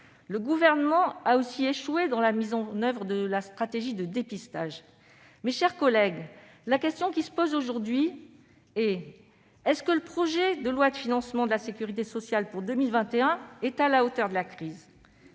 Le Gouvernement a aussi échoué dans la mise en oeuvre de sa stratégie de dépistage. Mes chers collègues, la question qui se pose aujourd'hui est la suivante : le projet de loi de financement de la sécurité sociale pour 2021 est-il à la hauteur de la crise ?